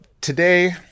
today